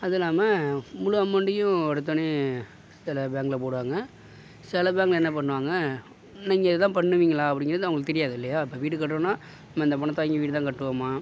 அது இல்லாம முழு அமௌண்ட்டையும் எடுத்தோனே சில பேங்கில் போடுவாங்க சில பேங்க் என்ன பண்ணுவாங்க நீங்கள் இதான் பண்ணுவீங்களா அப்படிங்கிறது அவங்களுக்கு தெரியாது இல்லையா இப்போ வீடு கட்றோன்னா அந்த பணத்தை வாங்கி வீடு தான் கட்டுவோமா